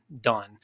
done